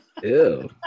Ew